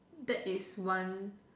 that is one